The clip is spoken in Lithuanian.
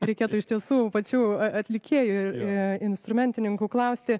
reikėtų iš tiesų pačių atlikėjų instrumentininkų klausti